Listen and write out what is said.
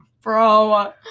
bro